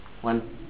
one